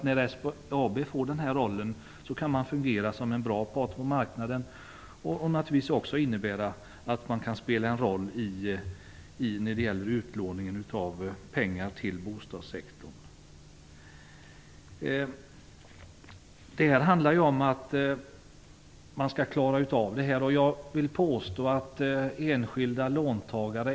När SBAB får den här nya rollen kan man fungera som en bra part på marknaden och också spela en roll när det gäller utlåning av pengar till bostadssektorn. Det gäller nu att klara av detta.